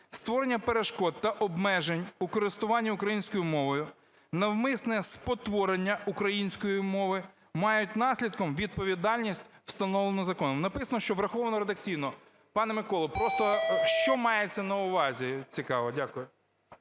Створення перешкод та обмежень у користуванні українською мовою, навмисне спотворення української мови мають наслідком відповідальність, встановлену законом". Написано, що враховано редакційно. Пане Миколо, просто що мається на увазі, цікаво. Дякую.